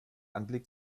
anblick